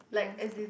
yeah